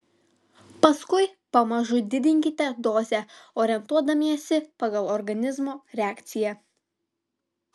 paskui pamažu didinkite dozę orientuodamiesi pagal organizmo reakciją